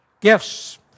Gifts